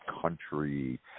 Country